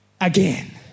again